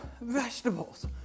vegetables